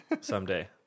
someday